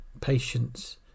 patience